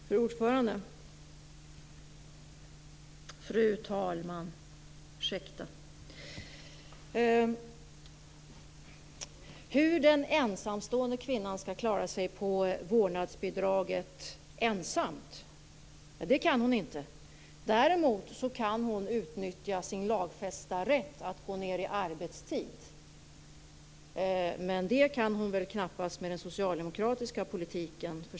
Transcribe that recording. Fru talman! Mona Berglund Nilsson frågar hur den ensamstående kvinnan skall klara sig på vårdnadsbidraget ensamt. Det kan hon inte. Däremot kan hon utnyttja sin lagfästa rätt att gå ned i arbetstid, men det kan hon knappast med den socialdemokratiska politiken.